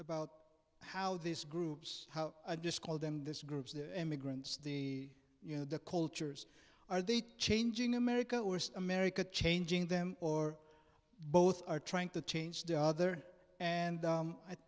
about how these groups how i just call them this groups the immigrants the you know the cultures are they changing america were america changing them or both are trying to change the other and